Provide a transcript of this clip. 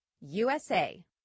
USA